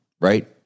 right